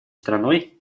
страной